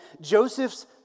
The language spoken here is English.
Joseph's